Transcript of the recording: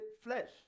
flesh